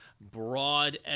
broad